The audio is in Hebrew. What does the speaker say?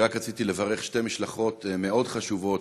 אני רק רציתי לברך שתי משלחות מאוד חשובות